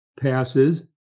passes